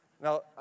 Now